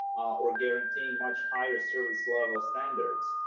or guaranteeing much higher service level standards.